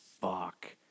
fuck